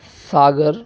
सागर